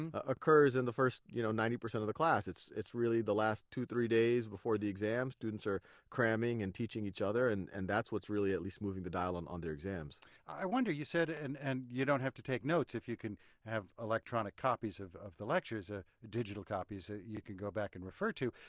and ah occurs in the first you know ninety percent of the class. it's it's really the last two three days before the exam, students are cramming and teaching each other and and that's what's really moving the dial on on their exams. neal i wonder, you said and and you don't have to take notes if you can have electronic copies of of the lectures, ah digital copies that you can go back and refer to.